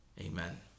Amen